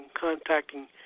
contacting